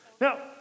Now